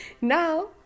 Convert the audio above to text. now